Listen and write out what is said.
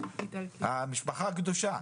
המשפחה הקדושה.